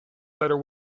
better